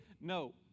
No